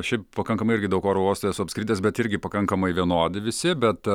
o šiaip pakankamai irgi daug oro uosto esu apskridęs bet irgi pakankamai vienodi visi bet